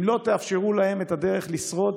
אם לא תאפשרו להם את הדרך לשרוד,